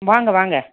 வாங்க வாங்க